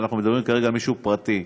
ואנחנו מדברים כרגע על מישהו פרטי,